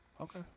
Okay